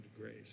grace